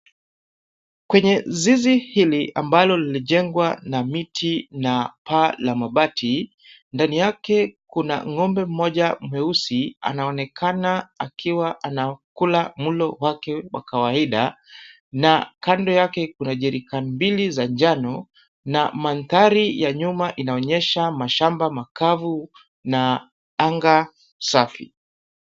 Kwenye zizi hili ambalo lilijengwa na miti na paa la mabati, ndani yake kuna ng'ombe mmoja mweusi anaonekana akiwa anakula mlo wake wa kawaida, na kando yake kuna jerika mbili za njano, na mandhari ya nyuma inaonyesha mashamba makavu na anga safi.